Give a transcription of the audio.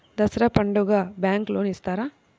దసరా పండుగ bank loan ఇస్తారా?